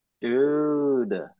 Dude